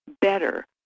better